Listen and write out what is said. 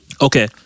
Okay